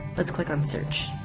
let's click on search.